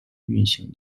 运行